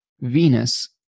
Venus